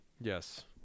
Yes